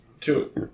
two